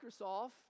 Microsoft